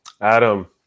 Adam